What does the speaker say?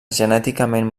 genèticament